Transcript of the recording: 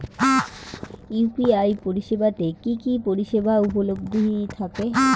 UPI পরিষেবা তে কি কি পরিষেবা উপলব্ধি থাকে?